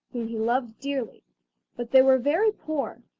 loved dearly but they were very poor,